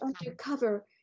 undercover